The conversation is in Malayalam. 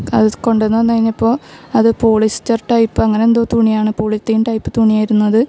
അത് കൊണ്ട് വന്ന് വന്ന് കഴിഞ്ഞപ്പോൾ അത് പോളിസ്റ്റർ ടൈപ്പ് അങ്ങനെ എന്തോ തുണിയാണ് പോളിത്തീൻ ടൈപ്പ് തുണിയായിരുന്നു അത്